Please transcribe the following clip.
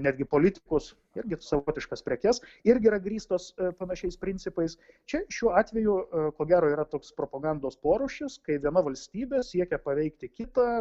netgi politikus irgi savotiškas prekes irgi yra grįstos panašiais principais čia šiuo atveju ko gero yra toks propagandos porūšis kai viena valstybė siekia paveikti kitą